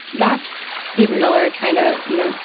that's steven miller trying to, you know,